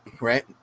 right